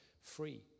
free